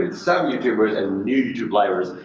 ah some youtubers and new youtube livers,